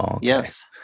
yes